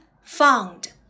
found